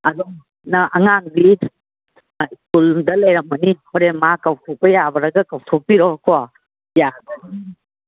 ꯑꯗꯨꯅ ꯑꯉꯥꯡꯗꯤ ꯁ꯭ꯀꯨꯜꯗ ꯂꯩꯔꯝꯒꯅꯤ ꯍꯣꯔꯦꯟ ꯃꯥ ꯀꯧꯊꯣꯛꯄ ꯌꯥꯔꯒ ꯀꯧꯊꯣꯛꯄꯤꯔꯣ ꯀꯣ